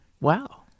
wow